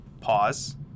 Pause